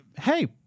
hey